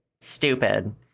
stupid